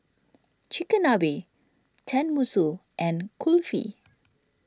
Chigenabe Tenmusu and Kulfi